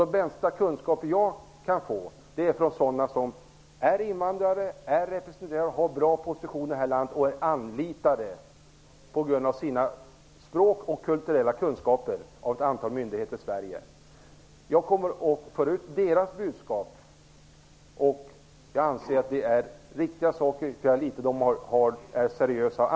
De främsta kunskaper jag kan få är från de som är invandrare, som har bra positioner här i landet och som anlitas av ett antal myndigheter i Sverige på grund av sina språkkunskaper och kulturella kunskaper. Jag kommer att föra ut deras budskap, för jag litar på att de är seriösa.